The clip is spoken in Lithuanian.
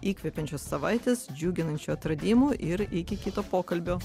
įkvepiančios savaitės džiuginančių atradimų ir iki kito pokalbio